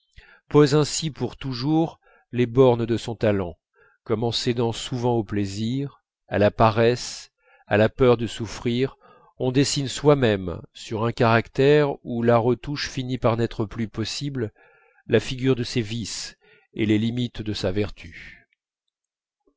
pose ainsi pour toujours les bornes de son talent comme en cédant souvent au plaisir à la paresse à la peur de souffrir on dessine soi-même sur un caractère où la retouche finit par n'être plus possible la figure de ses vices et les limites de sa vertu